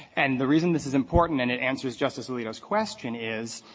and the reason this is important and it answers justice alito's question is,